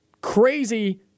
crazy